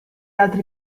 altri